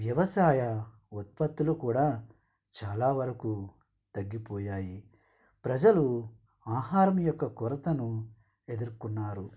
వ్యవసాయ ఉత్పత్తులు కుడా చాలా వరకు తగ్గిపోయాయి ప్రజలు ఆహారం యొక్క కొరతను ఎదురుకున్నారు